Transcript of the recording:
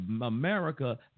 America